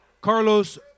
Carlos